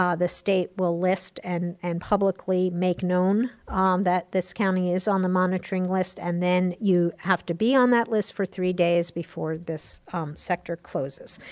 um the state will list and and publicly make known um that this county is on the monitoring list and then you have to be on that list for three days before this sector closes.